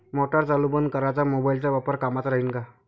Motor चालू बंद कराच मोबाईलचा वापर कामाचा राहीन का?